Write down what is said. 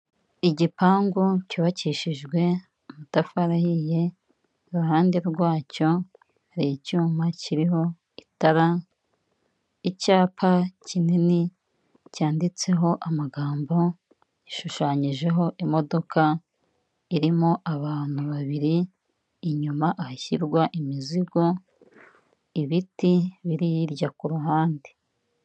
Igipangu cyubakishijwe amatafari ahiye, iruhande rwacyo hari icyuma kiriho itara, icyapa kinini cyanditseho amagambo, gishushanyijeho imodoka irimo abantu babiri, inyuma ahashyirwa imizigo, ibiti biri hirya ku ruhande.